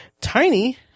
Tiny